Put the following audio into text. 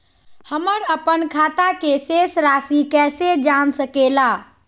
हमर अपन खाता के शेष रासि कैसे जान सके ला?